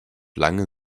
lange